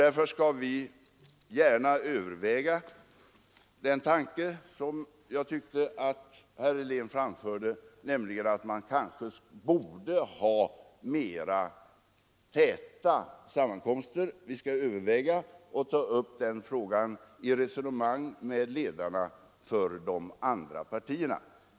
Därför skall vi gärna överväga den tanke som jag tyckte herr Helén framförde, nämligen att man kanske borde ha tätare sammankomster. Vi skall överväga den frågan och ta upp den i resonemang med ledarna för de andra partierna.